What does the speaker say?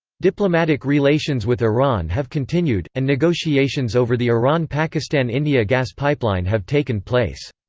diplomatic relations with iran have continued, and negotiations over the iran-pakistan-india gas pipeline have taken place.